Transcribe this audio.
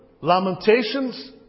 Lamentations